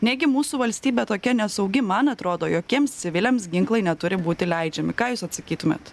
negi mūsų valstybė tokia nesaugi man atrodo jokiems civiliams ginklai neturi būti leidžiami ką jūs atsakytumėt